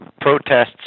protests